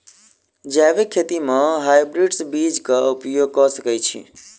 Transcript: जैविक खेती म हायब्रिडस बीज कऽ उपयोग कऽ सकैय छी?